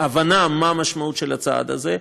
ההבנה מה המשמעות של הצעד הזה,